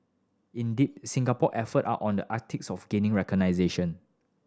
indeed Singapore effort are on the Arctics of gaining recognition